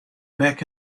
back